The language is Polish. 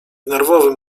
nerwowym